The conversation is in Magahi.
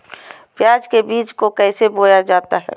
प्याज के बीज को कैसे बोया जाता है?